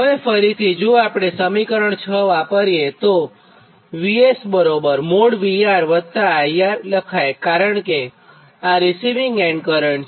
હવે ફરીથી જો આપણે સમીકરણ 6 વાપરીએતો આપણે VS બરાબર |VR| વત્તા IR લખાયકારણ કે આ રીસિવીંગ એન્ડ કરંટ છે